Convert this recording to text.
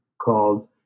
called